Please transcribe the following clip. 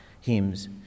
hymns